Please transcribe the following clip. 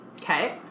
Okay